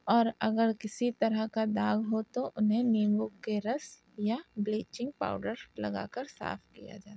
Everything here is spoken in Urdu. اور اگر کسی طرح کا داغ ہو تو انہیں نیمبو كے رس یا بلیچنگ پاؤڈر لگا كر صاف كیا جاتا ہے